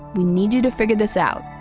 we need you to figure this out,